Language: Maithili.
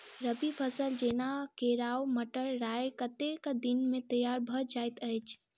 रबी फसल जेना केराव, मटर, राय कतेक दिन मे तैयार भँ जाइत अछि?